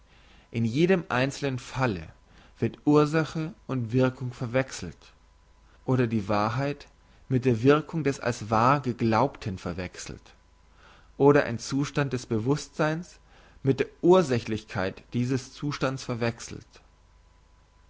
in jedem einzelnen falle wird ursache und wirkung verwechselt oder die wahrheit mit der wirkung des als wahr geglaubten verwechselt oder ein zustand des bewusstseins mit der ursächlichkeit dieses zustands verwechselt